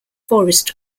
forest